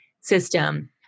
system